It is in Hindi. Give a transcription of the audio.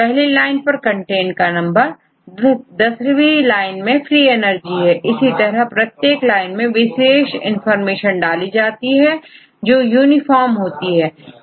पहली लाइन पर कंटेंट का नंबर है दसवीं लाइन में फ्री एनर्जी है और इसी तरह प्रत्येक लाइन के लिए विशेष इंफॉर्मेशन डाली जाती है जो यूनिफॉर्म होती है